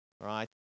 right